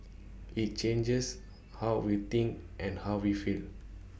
IT changes how we think and how we feel